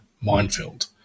minefield